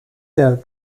der